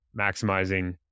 maximizing